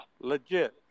legit